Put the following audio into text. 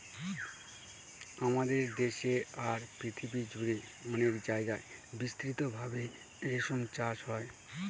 আমাদের দেশে আর পৃথিবী জুড়ে অনেক জায়গায় বিস্তৃত ভাবে রেশম চাষ হয়